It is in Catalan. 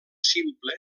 simple